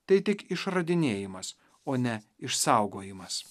tai tik išradinėjimas o ne išsaugojimas